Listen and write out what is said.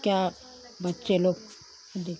क्या बच्चे लोग जो